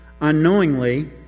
Unknowingly